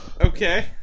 okay